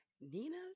Nina